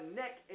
neck